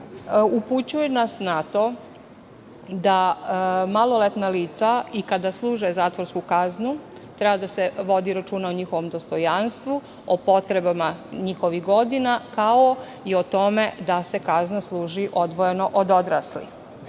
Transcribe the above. upućuje nas na to, kada maloletna lica služe zatvorsku kaznu, treba da se vodi računa o njihovom dostojanstvu, o potrebama njihovih godina, kao i o tome da se kazna služi odvojeno od odraslih. Jedno